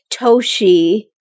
Toshi